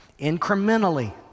incrementally